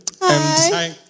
Hi